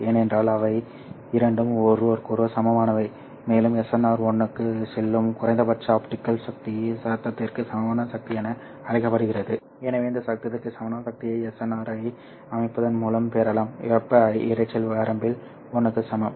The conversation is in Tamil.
ஏனென்றால் அவை இரண்டும் ஒருவருக்கொருவர் சமமானவை மேலும் SNR 1 க்கு செல்லும் குறைந்தபட்ச ஆப்டிகல் சக்தி சத்தத்திற்கு சமமான சக்தி என அழைக்கப்படுகிறது எனவே இந்த சத்தத்திற்கு சமமான சக்தியை SNR ரை அமைப்பதன் மூலம் பெறலாம் வெப்ப இரைச்சல் வரம்பில் 1 க்கு சமம்